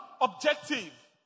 objective